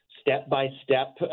step-by-step